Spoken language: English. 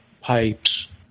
pipes